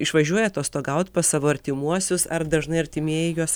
išvažiuoja atostogaut pas savo artimuosius ar dažnai artimieji juos